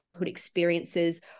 experiences